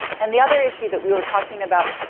and the other issue that we were talking about,